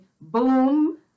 Boom